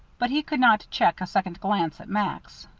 but he could not check a second glance at max.